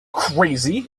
crazy